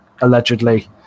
allegedly